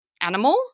animal